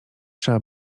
trzeba